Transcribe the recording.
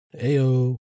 Heyo